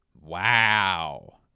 Wow